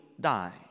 die